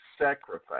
sacrifice